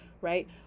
right